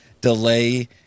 delay